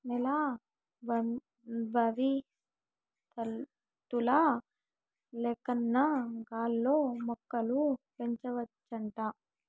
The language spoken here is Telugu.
నేల బవిసత్తుల లేకన్నా గాల్లో మొక్కలు పెంచవచ్చంట